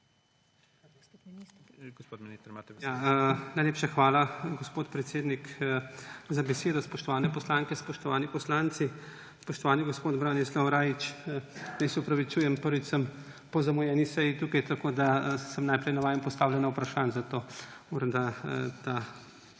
Najlepša hvala, gospod predsednik za besedo. Spoštovane poslanke, spoštovani poslanci, spoštovani gospod Branislav Rajić! Se opravičujem, prvič sem po zamujeni seji tukaj, tako da sem najprej navajen postavljanja vprašanj, zato to